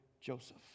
Joseph